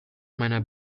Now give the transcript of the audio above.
meiner